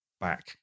back